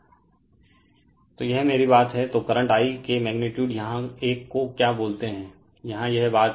Refer Slide Time 2454 तो यह मेरी बात हैं तो करंट I के मैगनीटुड यहाँ एक को क्या बोलते है यहाँ यह बात है